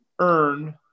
earn